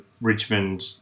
Richmond